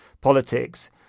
Politics